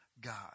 God